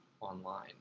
online